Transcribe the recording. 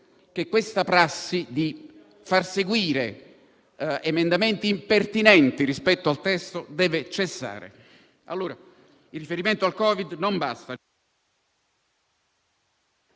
che la prassi di far seguire emendamenti impertinenti rispetto al testo deve cessare. Il riferimento al Covid non basta